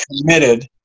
committed